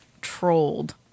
trolled